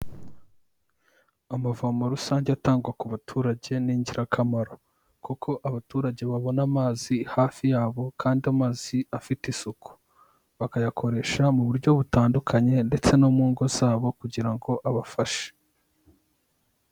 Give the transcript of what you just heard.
Amavomo rusange atangwa ku baturage ni ingirakamaro kuko abaturage babona amazi hafi yabo kandi amazi afite isuku bakayakoresha mu buryo butandukanye ndetse no mu ngo zabo kugira ngo abafashe.